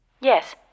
Yes